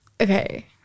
Okay